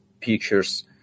pictures